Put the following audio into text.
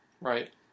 Right